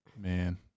Man